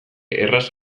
erraz